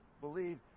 believe